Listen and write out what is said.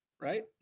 right